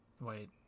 wait